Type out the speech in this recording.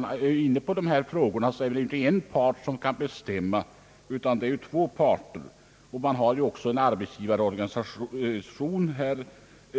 Det är inte bara en part som skall bestämma, utan det är två parter. Det finns en arbetsgivarorganisation